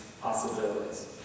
possibilities